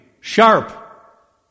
sharp